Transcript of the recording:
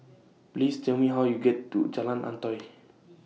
Please Tell Me How YOU get to Jalan Antoi